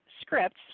scripts